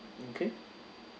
okay